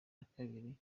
nakabiri